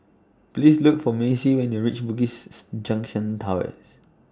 Please Look For Macy when YOU REACH Bugis Junction Towers